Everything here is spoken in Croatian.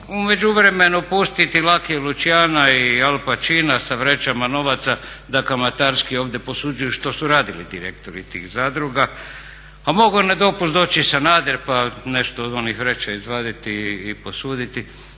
međuvremenu pustiti … Luciana i Al Pacina sa vrećama novaca da kamatarski ovdje posuđuju što su radili ti rektori tih zadruga, a mogao je na dopust doći i Sanader pa nešto ih onih vreća izvaditi i posuditi,